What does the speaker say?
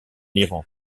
iran